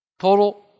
Total